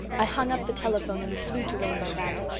i hung up the telephone and flew to rainbow valley.